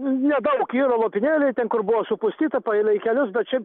nedaug yra lopinėliai ten kur buvo supustyta palei kelius bet šiaip